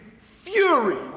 fury